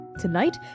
Tonight